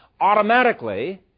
automatically